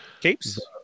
Capes